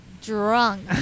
drunk